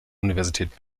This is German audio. universität